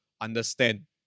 understand